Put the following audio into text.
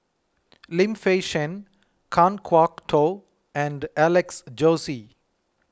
Lim Fei Shen Kan Kwok Toh and Alex Josey